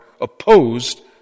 opposed